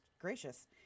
gracious